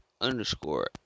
Underscore